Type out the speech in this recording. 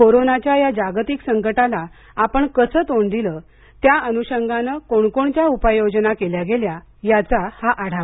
कोरोनाच्या या जागतिक संकटाला आपण कसं तोंड दिलं त्या अनुषगानं कोणकोणत्या उपाय योजना केल्या गेल्या याचा हा आढावा